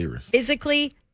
physically –